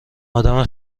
آدم